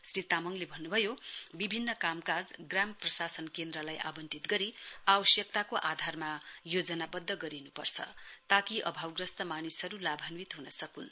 श्री तामङले भन्नुभयो विभिन्न कामकाज ग्राम प्रशासन केन्द्रलाई आंवटित गरी आवश्यकताको आधाकमा योजनावध्द गरिनुपर्छ ताकि अभावग्रस्त मानिसहरु लाभन्वित हुन सकुन्